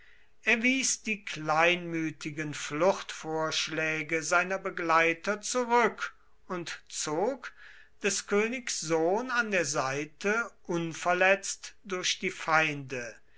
wies die kleinmütigen fluchtvorschläge seiner begleiter zurück und zog des königs sohn an der seite unverletzt durch die feinde